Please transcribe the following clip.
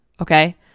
okay